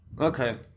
Okay